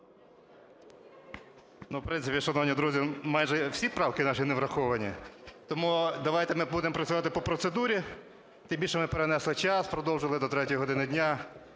в принципі, шановні друзі, майже всі правки наші не враховані. Тому давайте ми будемо працювати по процедурі, тим більше ми перенесли час, продовжили до третьої години дня.